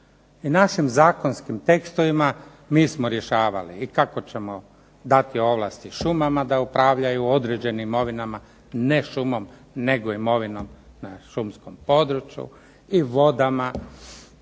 I našim zakonskim tekstovima mi smo rješavali i kako ćemo dati ovlasti šumama da upravljaju određenim imovinama, ne šumom nego imovinom na šumskom području, i vodama